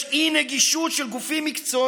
יש אי-נגישות של המידע לגופים מקצועיים.